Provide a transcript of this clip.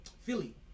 Philly